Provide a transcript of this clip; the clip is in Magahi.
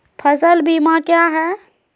फ़सल बीमा क्या है?